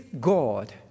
God